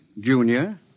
Junior